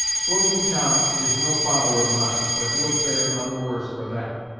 floating tom is no father of mine, but he'll fare none the worse for that.